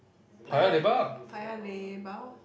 Paya Paya-Lebar